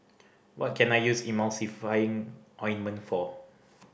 what can I use Emulsying Ointment for